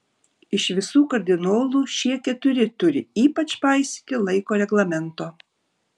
iš visų kardinolų šie keturi turi ypač paisyti laiko reglamento